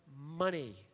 money